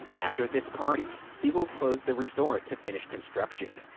after this party, siegel closed the resort to finish construction,